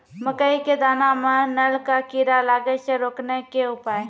मकई के दाना मां नल का कीड़ा लागे से रोकने के उपाय?